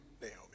Naomi